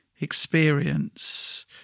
experience